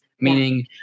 meaning